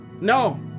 No